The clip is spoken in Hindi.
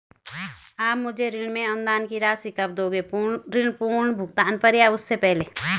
आप मुझे ऋण में अनुदान की राशि कब दोगे ऋण पूर्ण भुगतान पर या उससे पहले?